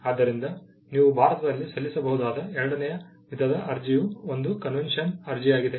ಆದ್ದರಿಂದ ನೀವು ಭಾರತದಲ್ಲಿ ಸಲ್ಲಿಸಬಹುದಾದ ಎರಡನೆಯ ವಿಧದ ಅರ್ಜಿಯು ಒಂದು ಕನ್ವೆನ್ಷನ್ ಅರ್ಜಿಯಾಗಿದೆ